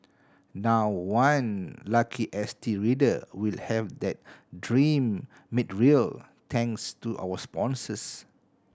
now one lucky S T reader will have that dream made real thanks to our sponsors